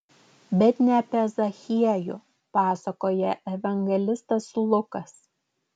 bet ne apie zachiejų pasakoja evangelistas lukas